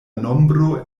nombro